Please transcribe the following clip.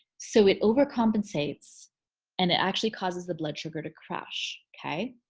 so it overcompensates and it actually causes the blood sugar to crash, okay?